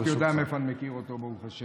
הוא לפחות יודע מאיפה אני מכיר אותו, ברוך השם.